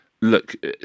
look